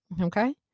Okay